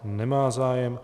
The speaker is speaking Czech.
Nemá zájem.